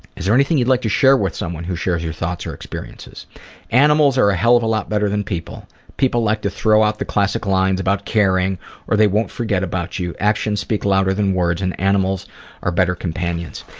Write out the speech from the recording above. is there anything you'd like to share with someone who shares your thoughts or experiences animals are a hell of a lot better than people. people like to throw out the classic lines about caring or they won't forget about you. actions speak louder than words and animals are better companions.